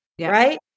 Right